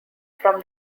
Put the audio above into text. from